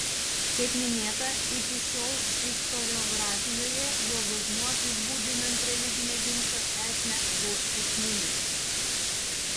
kaip minėta iki šiol istoriografijoje jo vaidmuo apibūdinant religinę ginčo esmę buvo esminis